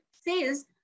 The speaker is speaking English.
says